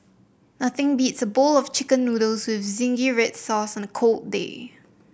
nothing beats a bowl of chicken noodles with zingy red sauce on a cold day